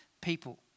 people